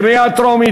קריאה טרומית.